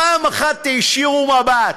פעם אחת תישירו מבט.